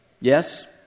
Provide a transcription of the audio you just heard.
Yes